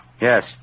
Yes